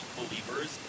believers